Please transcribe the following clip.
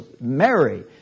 Mary